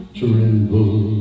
tremble